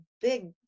big